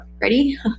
Ready